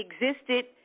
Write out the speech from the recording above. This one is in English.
existed